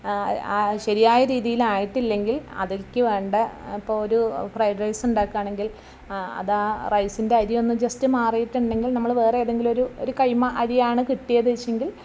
ശരിയായ രീതിയിൽ ആയിട്ടില്ലെങ്കിൽ അതിലേക്ക് വേണ്ട ഇപ്പോൾ ഒരു ഫ്രൈ ഡ്രൈസുണ്ടാക്കാണെങ്കിൽ അത് ആ റൈസിൻ്റെ അരിയൊന്ന് ജസ്റ്റ് മാറിയിട്ടുണ്ടെങ്കിൽ നമ്മള് വേറെ ഏതെങ്കിലും ഒരു ഒരു കൈമ അരിയാണ് കിട്ടിയതെന്ന് വച്ചെങ്കിൽ